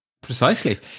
Precisely